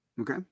Okay